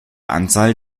anzahl